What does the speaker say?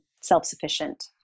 self-sufficient